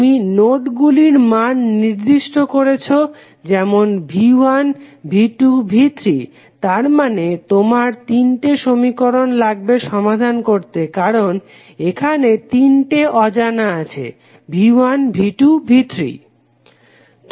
তুমি নোড ভোল্টেজগুলির মান নির্দিষ্ট করেছো যেমন V1V2V3 তারমানে তোমার তিনটি সমীকরণ লাগবে সমাধান করতে কারণ এখানে তিনটি অজানা আছে V1V2V3